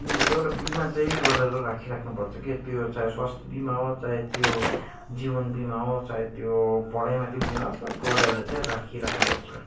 एउटा बिमा चाहिँ गरेर राखिराख्नु पर्छ के त्यो चाहे स्वास्थ्य बिमा होस् चाहे त्यो जीवन बिमा होस् चाहे त्यो पढाइमाथि बिमा हो गरेर चाहिँ राखिराख्नु पर्छ